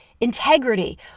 integrity